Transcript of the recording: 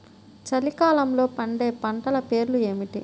చలికాలంలో పండే పంటల పేర్లు ఏమిటీ?